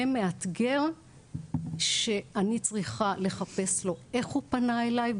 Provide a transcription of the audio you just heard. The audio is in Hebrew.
מאתגר שאני צריכה לחפש לו איך הוא פנה אלי,